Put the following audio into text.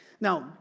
Now